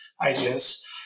ideas